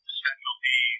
specialty